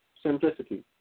Simplicity